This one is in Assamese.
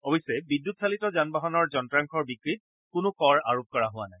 অৱশ্যে বিদ্যুৎ চালিত যানবাহনৰ যন্ত্ৰাংশৰ বিক্ৰীত কোনো কৰা আৰোপ কৰা হোৱা নাই